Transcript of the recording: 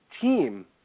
team